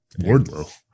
Wardlow